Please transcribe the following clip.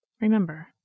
Remember